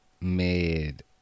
made